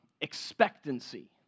expectancy